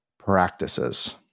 practices